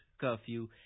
curfew